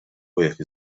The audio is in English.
work